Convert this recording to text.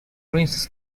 princess